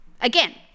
Again